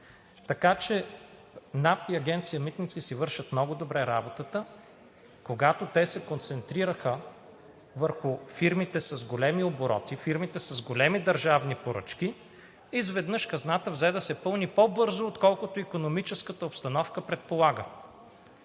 Така че НАП и Агенция „Митници“ си вършат много добре работата. Когато те се концентрираха върху фирмите с големи обороти, фирмите с големи държавни поръчки, изведнъж хазната взе да се пълни по-бързо, отколкото икономическата обстановка предполага.